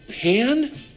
Pan